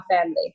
family